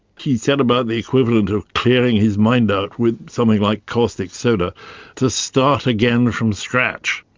he set about the equivalent of clearing his mind out with something like caustic soda to start again from scratch.